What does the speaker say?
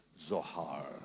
Zohar